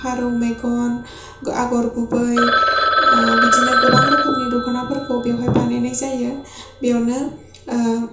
फारौ मेगन आगर गुबै बिदिनो गोबां रोखोमनि दख'ना फोरखौ बेवहाय बानायनाय जायो बेवनो